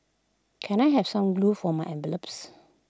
can I have some glue for my envelopes